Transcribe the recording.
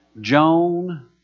Joan